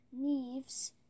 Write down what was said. leaves